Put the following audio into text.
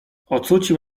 ocucił